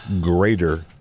Greater